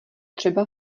třeba